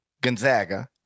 Gonzaga